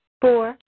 Four